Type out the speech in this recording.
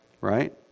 right